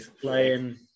playing